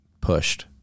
pushed